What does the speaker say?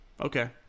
Okay